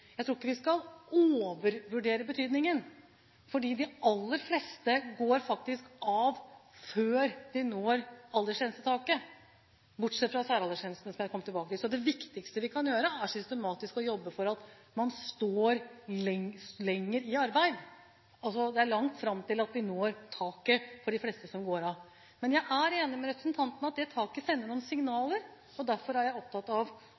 Jeg tror ikke vi skal overvurdere betydningen, for de aller fleste går faktisk av før de når aldersgrensetaket, bortsett fra når det gjelder særaldersgrenser, som jeg skal komme tilbake til. Det viktigste vi kan gjøre, er systematisk å jobbe for at man står lenger i arbeid. Det er langt fram til at vi når taket for de fleste som går av. Men jeg er enig med representanten i at det taket sender noen signaler. Derfor er jeg opptatt av